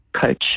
coach